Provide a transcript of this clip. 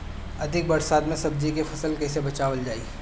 अधिक बरसात में सब्जी के फसल कैसे बचावल जाय?